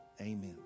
Amen